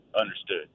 Understood